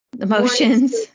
Emotions